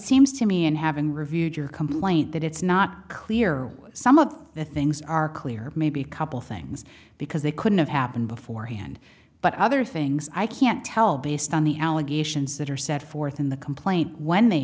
seems to me and having reviewed your complaint that it's not clear some of the things are clear maybe a couple things because they couldn't have happened beforehand but other things i can't tell based on the allegations that are set forth in the complaint when they